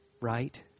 right